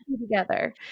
together